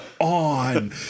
on